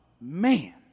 man